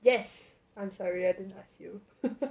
yes I'm sorry I didn't ask you